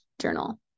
journal